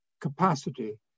capacity